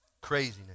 craziness